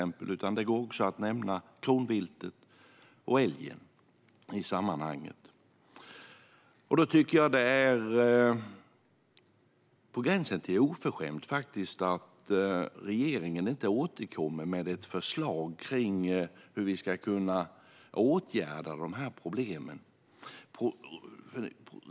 Man kan också nämna kronviltet och älgen i sammanhanget. Då tycker jag att det är på gränsen till oförskämt att regeringen inte återkommer med ett förslag om hur vi ska kunna åtgärda dessa problem.